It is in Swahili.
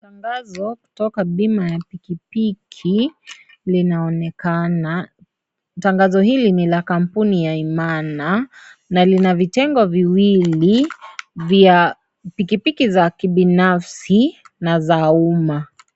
Tangazo kutoka bima ya pikipiki linaoneka , tangazo hili ni la kampuni ya Imana na lina vitengo viwili vya pikipiki za binafsi na za uma.